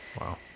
Wow